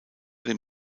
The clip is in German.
dem